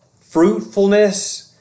fruitfulness